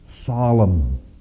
solemn